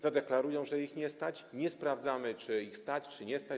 Zadeklarują, że ich nie stać - nie sprawdzamy, czy ich stać, czy ich nie stać.